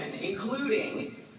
Including